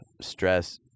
stress